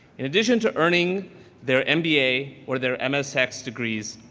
in addition to earning their mba or their msx degrees,